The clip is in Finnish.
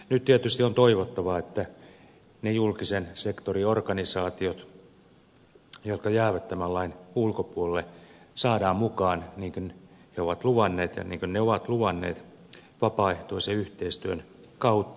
nyt tietysti on toivottavaa että ne julkisen sektorin organisaatiot jotka jäävät tämän lain ulkopuolelle saadaan mukaan niin kuin ne ovat luvanneet vapaaehtoisen yhteistyön kautta